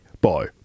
bye